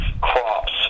crops